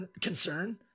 concern